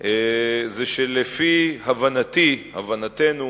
זה שלפי הבנתי-הבנתנו